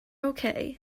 okay